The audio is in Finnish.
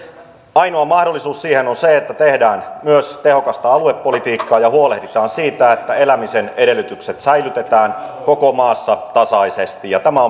ainoa mahdollisuus siihen on se että tehdään myös tehokasta aluepolitiikkaa ja huolehditaan siitä että elämisen edellytykset säilytetään koko maassa tasaisesti tämä